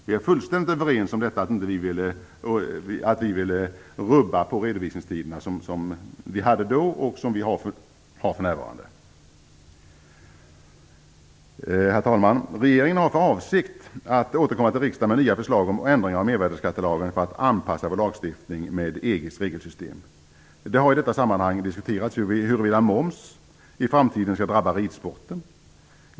Vi var fullständigt överens om att inte rubba de redovisningstider vi hade då och som vi har för närvarande. Herr talman! Regeringen har för avsikt att återkomma till riksdagen med nya förslag om en ändring av mervärdesskattelagen, för att anpassa vår lagstiftning till EG:s regelsystem. Det har i detta sammanhang diskuterats huruvida moms i framtiden skall drabba ridsporten.